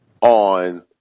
on